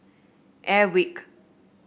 airwick